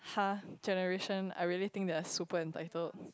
!huh! generation I really think they are super entitled